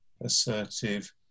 assertive